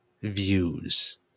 views